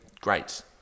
great